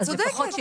את צודקת.